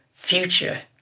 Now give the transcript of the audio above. future